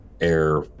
air